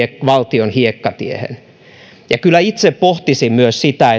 valtion hiekkatiehen kyllä itse pohtisin myös sitä